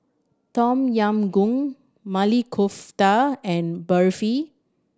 Tom Yam Goong Maili Kofta and Barfi